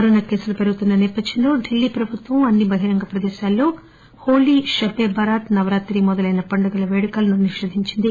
corona కేసులు పెరుగుతున్న సేపథ్యంలో డిల్లీ ప్రభుత్వం అన్ని బహిరంగ ప్రదేశాల్లో హోళీ షబ్బి బరాత్ నవరాత్రి మొదలైన పండుగల పేడుకలను నిషేధించింది